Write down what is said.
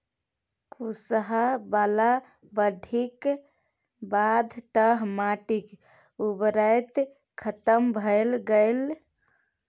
कुसहा बला बाढ़िक बाद तँ माटिक उर्वरते खतम भए गेलै